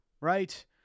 right